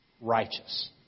righteous